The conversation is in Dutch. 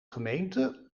gemeente